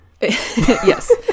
Yes